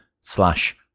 slash